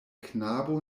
knabo